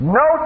no